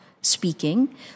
speaking